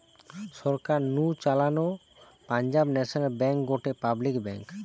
সরকার নু চালানো Punjab national bank গটে পাবলিক ব্যাঙ্ক